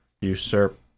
usurp